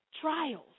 trials